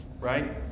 right